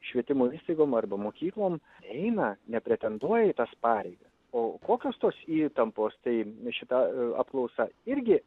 švietimo įstaigom arba mokyklom eina nepretenduoja į tas pareigas o kokios tos įtampos tai šita apklausa irgi